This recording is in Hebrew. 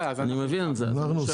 הוספנו.